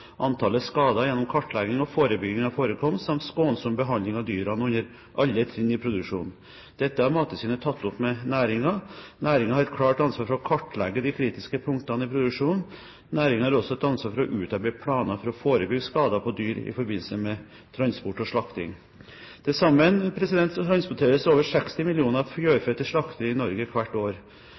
antallet skader gjennom kartlegging og forebygging av forekomst samt skånsom behandling av dyrene under alle trinnene i produksjonen. Dette har Mattilsynet tatt opp med næringen. Næringen har et klart ansvar for å kartlegge de kritiske punktene i produksjonen. Næringen har også et ansvar for å utarbeide planer for å forebygge skader på dyr i forbindelse med transport og slakting. Til sammen transporteres over 60 millioner fjørfe til slakteri i Norge hvert år.